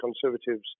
Conservatives